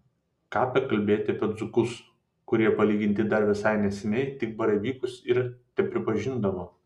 ką bekalbėti apie dzūkus kurie palyginti dar visai neseniai tik baravykus ir tepripažindavo